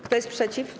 Kto jest przeciw?